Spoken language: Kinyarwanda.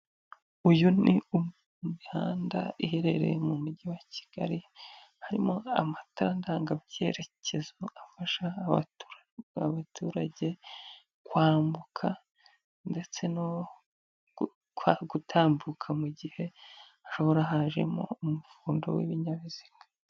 Uyu ni umwe mu mihanda iherereye mu mugi wa Kigali harimo amatara ndangabyerekezo afasha abaturage kwambuka ndetse no gutambuka mu gihe hashobora hajemo umuvundo w'ibinyabiziga.